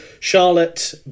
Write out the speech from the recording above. Charlotte